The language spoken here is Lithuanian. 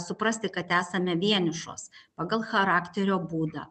suprasti kad esame vienišos pagal charakterio būdą